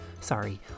sorry